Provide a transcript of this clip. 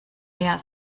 mehr